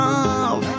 Love